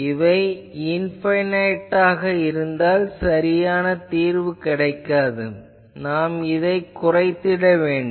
இவை இன்பைனைட்டாக இருந்தால் சரியான தீர்வு கிடைக்காது நாம் இதை குறைத்திட வேண்டும்